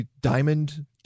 diamond